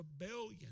rebellion